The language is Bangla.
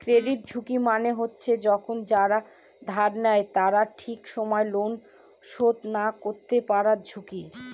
ক্রেডিট ঝুঁকি মানে হচ্ছে যখন যারা ধার নেয় তারা ঠিক সময় লোন শোধ না করতে পারার ঝুঁকি